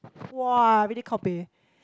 !wah! really kao peh